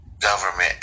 government